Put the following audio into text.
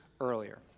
earlier